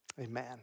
Amen